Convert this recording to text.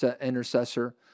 intercessor